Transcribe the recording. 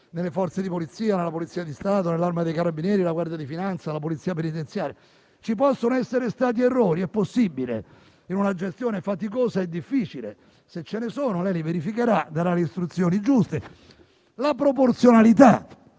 nelle Forze di polizia: nella Polizia di Stato, nell'Arma dei carabinieri, nella Guardia di finanza, nella Polizia penitenziaria. Ci possono essere stati errori? È possibile, in una gestione faticosa e difficile. Se ce ne sono, lei li verificherà e darà le istruzioni giuste. La proporzionalità